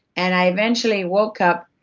and i eventually woke up,